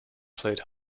played